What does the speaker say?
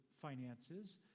finances